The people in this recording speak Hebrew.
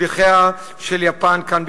שליחיה של יפן כאן,